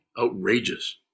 outrageous